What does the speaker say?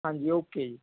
ਹਾਂਜੀ ਓਕੇ ਜੀ